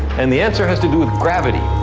and the answer has to do with gravity.